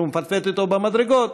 שהוא מפטפט איתו במדרגות,